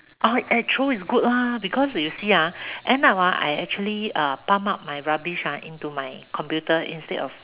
oh eh throw is good lah because you see ah end up I I actually pump my rubbish ah into my computer instead of